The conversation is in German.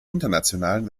internationalen